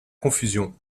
confusion